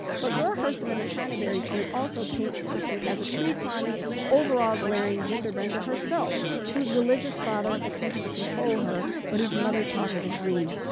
but zora hurston and the chinaberry tree also paints hurston as a tree-climbing, overalls-wearing genderbender herself whose religious father attempted to control her but whose mother taught her to dream.